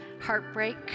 heartbreak